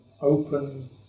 open